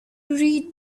read